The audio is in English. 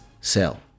sell